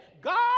God